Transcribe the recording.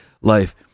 life